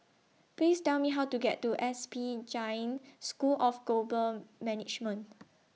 Please Tell Me How to get to S P Jain School of Global Management